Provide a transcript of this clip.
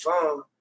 phone